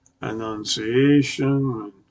annunciation